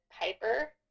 Piper